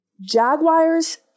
Jaguars